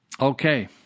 Okay